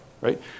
right